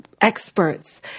experts